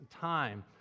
time